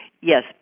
Yes